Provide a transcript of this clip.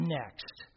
next